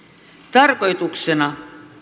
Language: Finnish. tarkoituksena